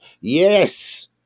Yes